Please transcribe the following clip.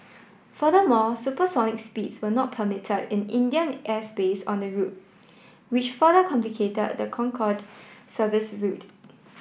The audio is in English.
furthermore supersonic speeds were not permit in Indian airspace on the route which further complicated the Concorde service's route